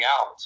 out